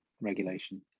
regulation